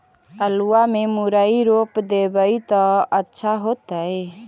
आलुआ में मुरई रोप देबई त अच्छा होतई?